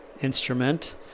instrument